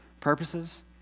purposes